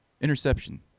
Interception